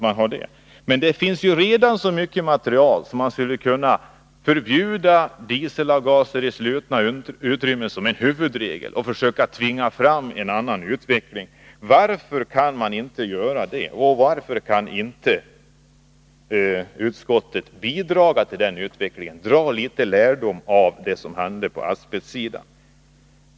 Men det finns ju redan så mycket material som redovisar sådana resultat att det är motiverat att förbjuda dieselanvändning i slutna utrymmen, som en huvudregel, och försöka tvinga fram en annan utveckling. Varför kan man inte göra det? Varför kan utskottet inte bidra till en sådan utveckling? Dra litet lärdom av det som hände på asbestsidan!